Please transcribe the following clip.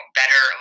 better